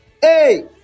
hey